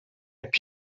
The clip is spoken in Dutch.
heb